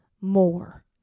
more